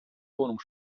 wohnung